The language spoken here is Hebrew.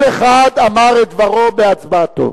כל אחד אמר את דברו בהצבעתו.